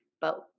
but-